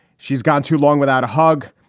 she's gone too long without a hug.